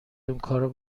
اونکارو